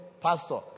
Pastor